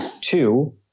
Two